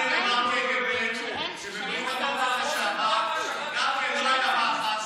קג"ב שגם בברית המועצות לשעבר לא היה מח"ש